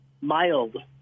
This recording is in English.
mild